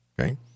okay